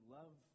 love